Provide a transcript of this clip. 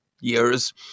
years